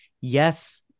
Yes